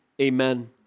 amen